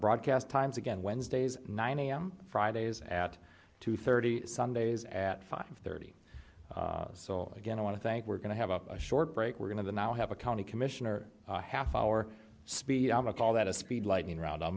broadcast times again wednesdays nine am fridays at two thirty sundays at five thirty so again i want to thank we're going to have a short break we're going to now have a county commissioner half hour speed i'm a call that a speed lightning round i'll